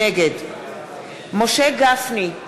נגד משה גפני,